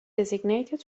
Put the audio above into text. designated